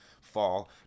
fall